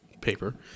paper